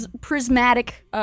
prismatic